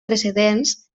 precedents